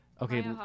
Okay